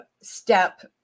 step